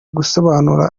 gusobanura